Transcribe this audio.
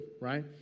right